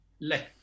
left